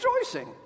rejoicing